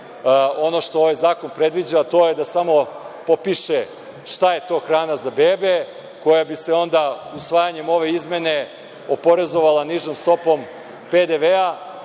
ono što ovaj zakon predviđa, a to je da samo potpiše šta je to hrana za bebe koja bi se onda usvajanjem ove izmene oporezovala nižom stopom PDV